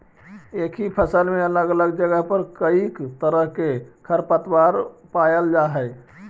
एक ही फसल में अलग अलग जगह पर कईक तरह के खरपतवार पायल जा हई